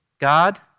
God